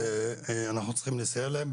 אנחנו צריכים לסייע להם,